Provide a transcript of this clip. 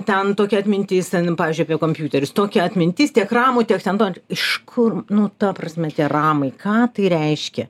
ten tokia atmintis ten pavyzdžiui apie kompiuterius tokia atmintis tiek ramų tiek ten to iš kur nu ta prasme tie ramai ką tai reiškia